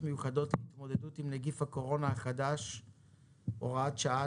מיוחדות להתמודדות עם נגיף הקורונה החדש (הוראת שעה),